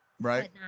right